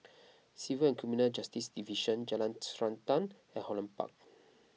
Civil and Criminal Justice Division Jalan Srantan and Holland Park